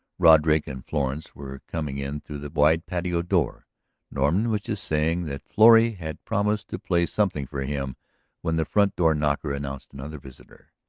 roderick and florence were coming in through the wide patio door norton was just saying that florrie had promised to play something for him when the front door knocker announced another visitor.